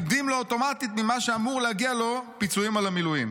מורידים לו אוטומטית ממה שאמור להגיע לו פיצויים על המילואים.